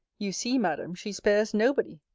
you see, madam, she spares nobody.